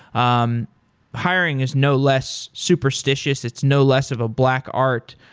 um hiring is no less superstitious. it's no less of a black art.